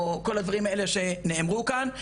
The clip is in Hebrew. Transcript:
או כל הדברים האלה שנאמרו כאן,